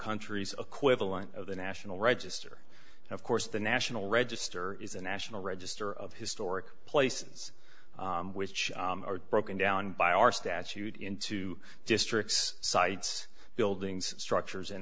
countries acquittal and of the national register and of course the national register is a national register of historic places which are broken down by our statute in two districts cites buildings structures and